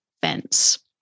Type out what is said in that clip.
fence